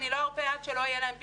אני לא ארפה עד שלא יהיה להם פתרון,